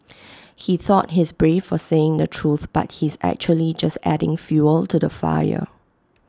he thought he's brave for saying the truth but he's actually just adding fuel to the fire